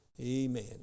Amen